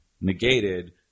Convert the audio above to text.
negated